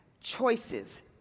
Choices